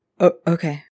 Okay